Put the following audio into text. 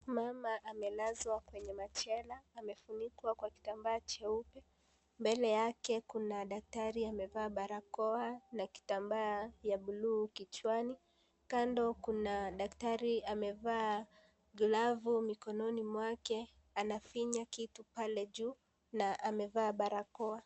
Mama amelazwa kwenye machela; amefunikwa kwa kitambaa cheupe. Mbele yake kuna daktari amevaa barakoa na kitambaa ya bluu kichwani. Kando kuna daktari amevaa glavu mikononi mwake anafinya kitu pale juu na amevaa barakoa.